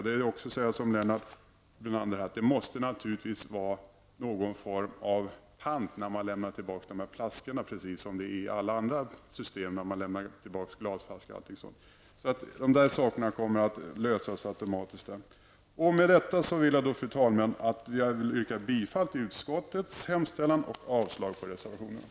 Då vill jag säga, som Lennart Brunander, att det måste naturligtvis vara någon form av pant när man lämnar tillbaka de här flaskorna, precis som det är i alla andra system när man lämnar tillbaka t.ex. glasflaskor. De här sakerna kommer att lösa sig automatiskt. Fru talman! Med detta vill jag yrka bifall till utskottets hemställan och avslag på reservationerna.